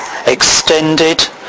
extended